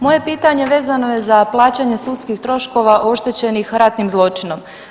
Moje pitanje vezano je za plaćanje sudskih troškova oštećenih ratnim zločinom.